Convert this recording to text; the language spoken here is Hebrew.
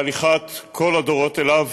בהליכת כל הדורות אליו,